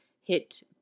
hit